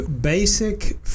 basic